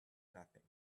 nothing